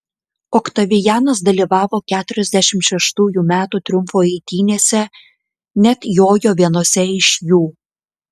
oktavianas dalyvavo keturiasdešimt šeštųjų metų triumfo eitynėse net jojo vienose iš jų